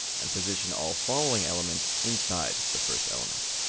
and position all following elements inside the first element.